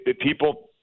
people